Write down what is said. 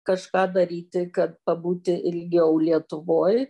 kažką daryti kad pabūti ilgiau lietuvoj